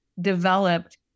developed